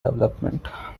development